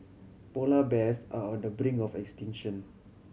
polar bears are on the brink of extinction